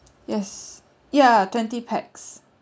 yes ya twenty pax